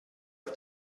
auf